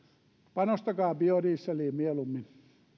panostakaa biodieseliin mieluummin